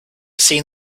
seen